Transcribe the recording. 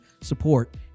support